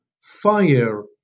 fire